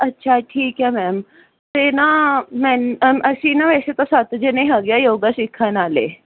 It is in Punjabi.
ਅੱਛਾ ਠੀਕ ਹੈ ਮੈਮ ਅਤੇ ਨਾ ਅਸੀਂ ਨਾ ਵੈਸੇ ਤਾਂ ਸੱਤ ਜਣੇ ਹੈਗੇ ਹਾਂ ਯੋਗਾ ਸਿੱਖਣ ਵਾਲੇ